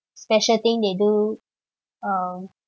special thing they do um